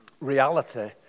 reality